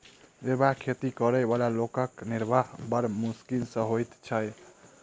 निर्वाह खेती करअ बला लोकक निर्वाह बड़ मोश्किल सॅ होइत छै